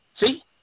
See